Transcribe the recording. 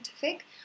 scientific